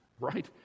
right